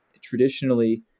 Traditionally